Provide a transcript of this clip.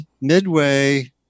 midway